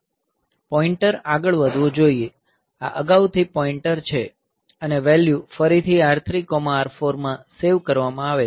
pointer આગળ વધવું જોઈએ આ અગાઉથી પોઇન્ટર છે અને વેલ્યુ ફરીથી R3 R4 માં સેવ કરવામાં આવે છે